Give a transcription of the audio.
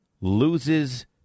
loses –